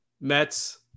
Mets